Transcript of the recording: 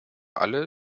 alle